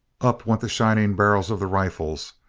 up went the shining barrels of the rifles,